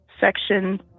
section